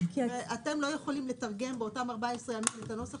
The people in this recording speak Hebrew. ואתם לא יכולים לתרגם באותם 14 ימים את הנוסח